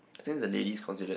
I think is the lady considered